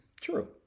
True